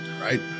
Right